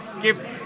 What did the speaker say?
give